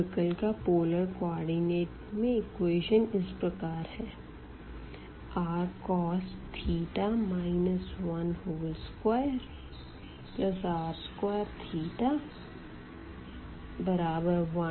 circle की polar coordinate में equation इस प्रकार है rcos 12r2 1